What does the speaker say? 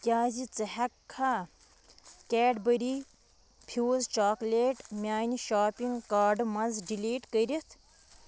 کیٛازِ ژٕ ہٮ۪ککھا کٮ۪ڈبٔری فیوٗز چاکلیٹ میٛانہِ شاپِنٛگ کارڈ منٛز ڈِلیٖٹ کٔرِتھ